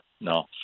no